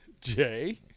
Jay